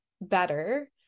better